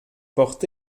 porte